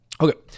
okay